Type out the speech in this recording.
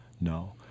No